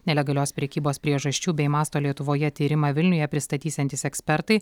nelegalios prekybos priežasčių bei masto lietuvoje tyrimą vilniuje pristatysiantys ekspertai